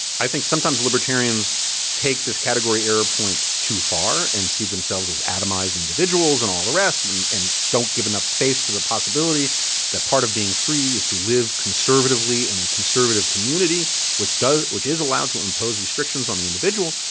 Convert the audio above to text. i think sometimes libertarians take this categorier point too far and see themselves as itemized individuals and all the rest and don't give enough space to the possibility that part of being free is to live conservatively in a conservative community which is allowed to impose restrictions on the individual.